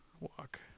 Walk